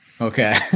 Okay